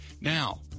Now